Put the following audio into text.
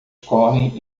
correm